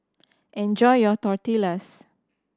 enjoy your Tortillas